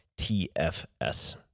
TFS